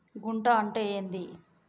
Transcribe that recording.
గుంట అంటే ఏంది?